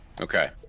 Okay